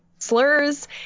slurs